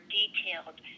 detailed